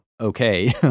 okay